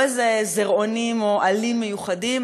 לא איזה זירעונים או עלים מיוחדים,